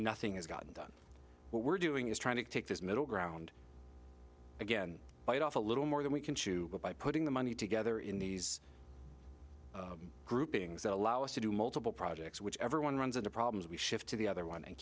nothing is gotten done what we're doing is trying to take this middle ground again bite off a little more than we can chew by putting the money together in these groupings that allow us to do multiple projects which everyone runs into problems we shift to the other one and